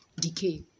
decay